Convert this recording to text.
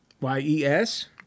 Y-E-S